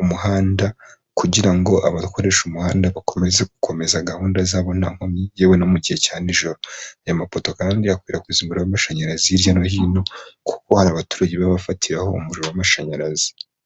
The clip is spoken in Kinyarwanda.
umuhanda kugira ngo abakoresha umuhanda bakomeze gukomeza gahunda zabonakomyi yewe na muke cya nijoro, aya mafoto kandi yakwirakwizwara amashanyarazi hirya no hino kuko hari abaturage babafatiraho umuriro w'amashanyarazi.